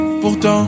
pourtant